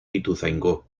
ituzaingó